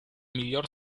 miglior